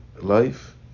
life